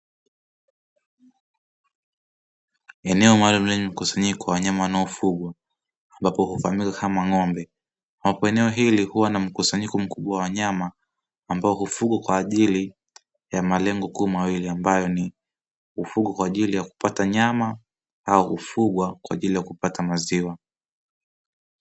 Eneo maalumu lenye mkusanyiko wa wanyama wanaofugwa ambapo hufahamika kama ng'ombe, ambapo eneo hili huwa na mkusanyiko mkubwa wa wanyama ambao hufugwa kwa ajili ya malengo makuu mawili ambayo ni hufugwa kwa ajili ya kupata nyama au hufugwa kwa ajili ya kupata maziwa.